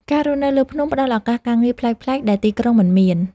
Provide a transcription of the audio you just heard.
ការរស់នៅលើភ្នំផ្ដល់ឱកាសការងារប្លែកៗដែលទីក្រុងមិនមាន។